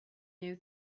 new